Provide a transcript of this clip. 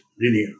linear